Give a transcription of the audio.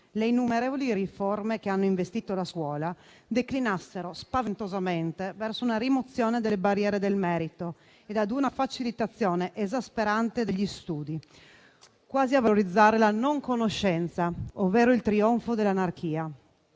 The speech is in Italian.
le innumerevoli riforme che hanno investito la scuola declinassero spaventosamente verso una rimozione delle barriere del merito e una facilitazione esasperante degli studi, quasi a valorizzare la non conoscenza, ovvero il trionfo dell'anarchia.